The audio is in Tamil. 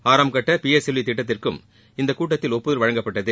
ஆறாம் கட்ட பிஎஸ்எல்வி திட்டத்திற்கும் இக்கூட்டத்தில் ஒப்புதல் அளிக்கப்பட்டது